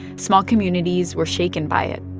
small communities were shaken by it,